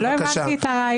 לא הבנתי את הרעיון.